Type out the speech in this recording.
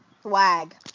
Swag